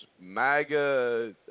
maga